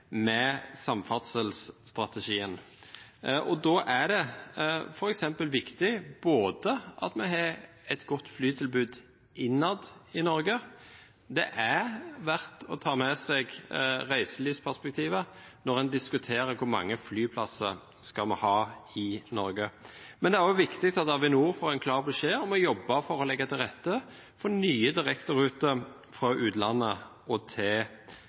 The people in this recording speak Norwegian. med samferdselsstrategien. Da er det f.eks. viktig at vi har et godt flytilbud innad i Norge, det er verdt å ta med seg reiselivsperspektivet når en diskuterer hvor mange flyplasser vi skal ha i Norge. Men det er også viktig at Avinor får en klar beskjed om å jobbe for å legge til rette for nye direkteruter fra utlandet til